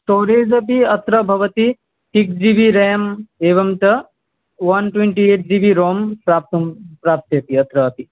storage अपि अत्र भवती सिक्स् जी बि रेम् एवञ्च one twenty eight G B ROM प्राप्तुं प्राप्यते अत्र अपि